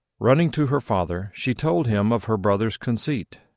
running to her father, she told him of her brother's conceit,